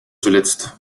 zuletzt